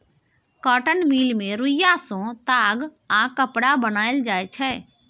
cotton mill मे रुइया सँ ताग आ कपड़ा बनाएल जाइ छै